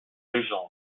légende